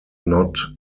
not